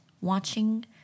watching